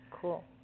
Cool